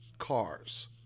cars